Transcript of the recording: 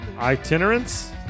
Itinerants